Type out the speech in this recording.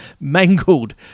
mangled